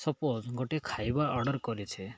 suppose ଗୋଟେ ଖାଇବା order କରିଛେ